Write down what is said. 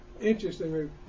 Interesting